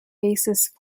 bassist